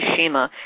Fukushima